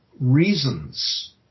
reasons